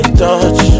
touch